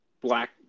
black